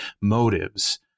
motives